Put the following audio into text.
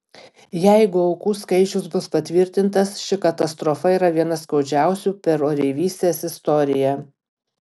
jeigu aukų skaičius bus patvirtintas ši katastrofa yra viena skaudžiausių per oreivystės istoriją